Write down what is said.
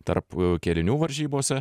tarp kėlinių varžybose